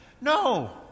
No